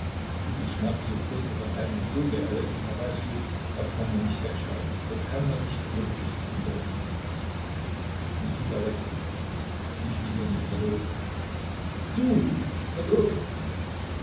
gibt es schmerz so frißt es an einem so reell na weißt du das kann man nicht wegschreiben das kann man nicht unter gesichtspunkte ordnen mikita lächelte ich bin nämlich verlobt du verlobt